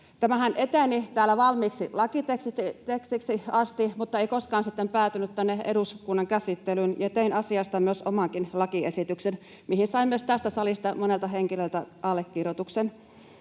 Tämähän eteni täällä valmiiksi lakitekstiksi asti mutta ei koskaan sitten päätynyt tänne eduskunnan käsittelyyn, ja tein asiasta omankin lakiesityksen, mihin sain myös tästä salista monelta henkilöltä allekirjoituksen.